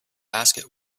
basket